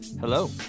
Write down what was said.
Hello